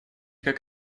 как